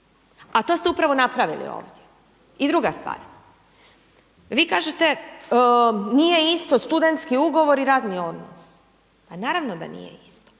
A to ste upravo napravili ovdje. I druga stvar, vi kažete nije isto studentski ugovor i radni odnos. Pa naravno da nije isto.